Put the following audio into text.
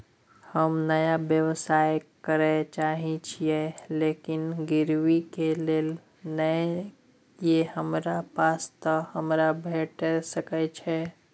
हम नया व्यवसाय करै चाहे छिये लेकिन गिरवी ले किछ नय ये हमरा पास त हमरा भेट सकै छै?